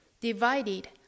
Divided